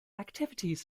activities